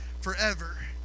forever